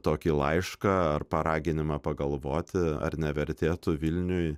tokį laišką ar paraginimą pagalvoti ar nevertėtų vilniui